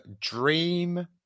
dream